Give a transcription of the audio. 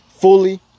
fully